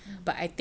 mmhmm